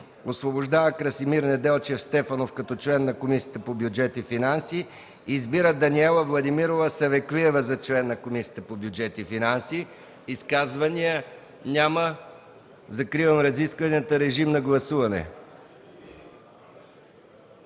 Освобождава Красимир Неделчев Стефанов като член на Комисията по бюджет и финанси. 2. Избира Даниела Владимирова Савеклиева за член на Комисията по бюджет и финанси.” Изказвания? Няма. Закривам разискванията. Режим на гласуване.